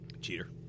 cheater